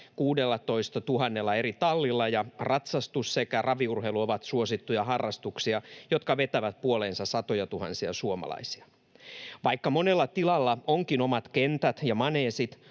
16 000 eri tallilla, ja ratsastus sekä raviurheilu ovat suosittuja harrastuksia, jotka vetävät puoleensa satojatuhansia suomalaisia. Vaikka monella tilalla onkin omat kentät ja maneesit,